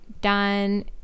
done